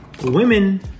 Women